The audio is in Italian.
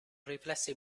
riflessi